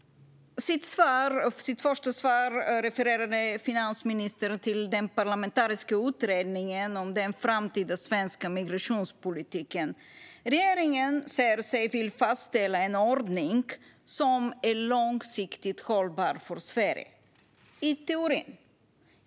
I sitt svar refererade finansministern till den parlamentariska utredningen om den framtida svenska migrationspolitiken. Regeringen säger sig vilja fastställa en ordning som är långsiktigt hållbar för Sverige - i teorin.